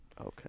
Okay